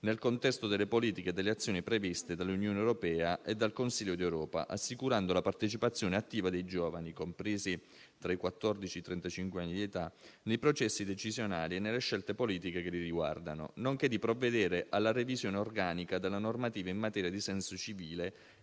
nel contesto delle politiche e delle azioni previste dall'Unione europea e dal Consiglio d'Europa, assicurando la partecipazione attiva dei giovani compresi tra i quattordici e i trentacinque anni di età nei processi decisionali e nelle scelte politiche che li riguardano, nonché di provvedere alla revisione organica della normativa in materia di servizio civile